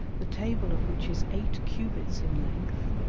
the table of which is eight cubits in length,